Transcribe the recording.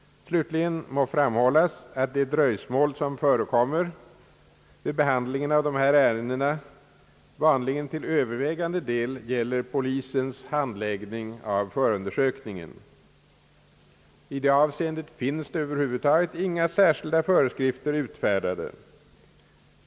Slutligen må framhållas att de dröjsmål som förekommer vid behandlingen av dessa ärenden vanligen till övervägande del gäller polisens handläggning av förundersökningen. I det avseendet finns över huvud taget inga särskilda föreskrifter utfärdade.